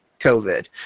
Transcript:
COVID